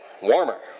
warmer